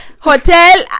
hotel